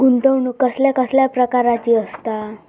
गुंतवणूक कसल्या कसल्या प्रकाराची असता?